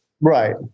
Right